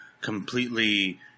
completely